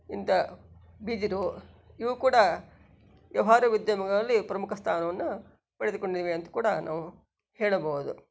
ಇಂಥ ಬಿದಿರು ಇವೂ ಕೂಡ ವ್ಯವಹಾರ ಉದ್ಯಮಗಳಲ್ಲಿ ಪ್ರಮುಖ ಸ್ಥಾನವನ್ನು ಪಡೆದುಕೊಂಡಿವೆ ಅಂತ ಕೂಡ ನಾವು ಹೇಳಬಹುದು